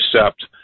accept